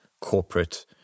corporate